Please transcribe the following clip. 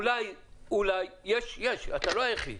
אולי אתה לא היחיד,